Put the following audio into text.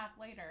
later